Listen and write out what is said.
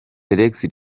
félix